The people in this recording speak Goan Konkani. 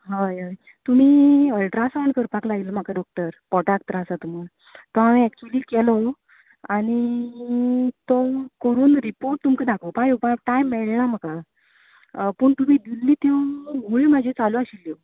हय हय तुमी अल्ट्रासावन्ड करपाक लायिल्लें म्हाका डोक्टर पोटांत त्रास जाता म्हणून तो हांयेन एक्चुली केलो आनी तो कोरून रिपोर्ट तुमकां दाखोवपाक येवपाक टायम मेळना म्हाका पूण तुमी त्यो गुळयो म्हज्यो चालू आशिल्ल्यो